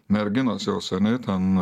merginos jau seniai ten